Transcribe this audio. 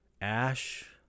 Ash